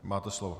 Máte slovo.